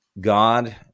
God